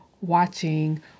watching